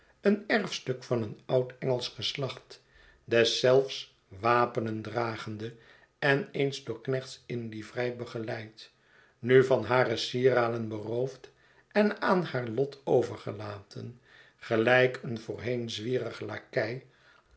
een erfstuk van een oud engelsch geslacht deszelfs wapenen dragende en eens door knechts in livrei begeleid nu van hare sieraden beroofd en aan haar lot overgelaten gelijk een voorheen zwierig lakei